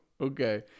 okay